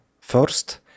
first